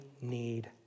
need